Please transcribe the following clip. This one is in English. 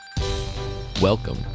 Welcome